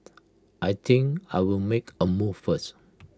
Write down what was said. I think I'll make A move first